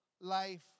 life